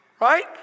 Right